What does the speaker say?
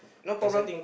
no problem